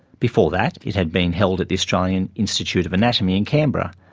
before that it had been held at the australian institute of anatomy in canberra,